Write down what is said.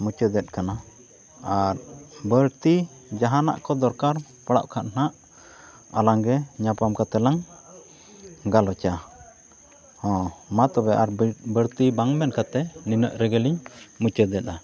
ᱢᱩᱪᱟᱹᱫᱮᱜ ᱠᱟᱱᱟ ᱟᱨ ᱵᱟᱹᱲᱛᱤ ᱡᱟᱦᱟᱱᱟᱜ ᱠᱚ ᱫᱚᱨᱠᱟᱨ ᱯᱟᱲᱟᱜ ᱠᱷᱟᱱ ᱦᱟᱸᱜ ᱟᱞᱟᱝ ᱜᱮ ᱧᱟᱯᱟᱢ ᱠᱟᱛᱮᱫ ᱞᱟᱝ ᱜᱟᱞᱚᱪᱟ ᱦᱮᱸ ᱢᱟ ᱛᱚᱵᱮ ᱟᱨ ᱵᱟᱹᱲᱛᱤ ᱵᱟᱝ ᱢᱮᱱ ᱠᱟᱛᱮᱫ ᱱᱤᱱᱟᱹᱜ ᱨᱮᱜᱮᱞᱤᱧ ᱢᱩᱪᱟᱹᱫᱮᱫᱟ